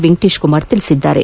ವೆಂಕಟೇಶ ಕುಮಾರ್ ತಿಳಿಸಿದ್ದಾರೆ